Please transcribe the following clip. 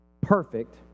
perfect